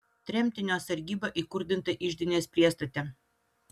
tremtinio sargyba įkurdinta iždinės priestate